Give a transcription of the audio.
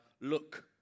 look